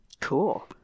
Cool